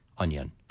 Onion